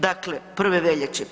Dakle, 1. veljače.